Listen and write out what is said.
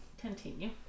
continue